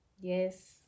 Yes